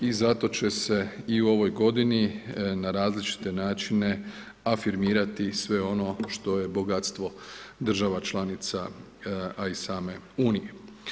I zato će se i u ovoj godini na različite načine afirmirati sve ono što je bogatstvo država članica, a i same Unije.